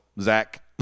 Zach